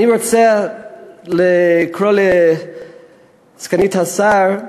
אני רוצה לקרוא לסגנית השר,